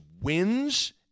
wins